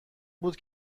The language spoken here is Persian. بود